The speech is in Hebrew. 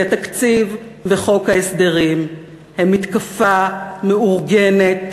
כי התקציב וחוק ההסדרים הם מתקפה מאורגנת